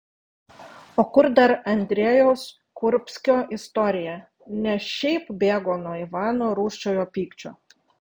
o kur dar andrejaus kurbskio istorija ne šiaip bėgo nuo ivano rūsčiojo pykčio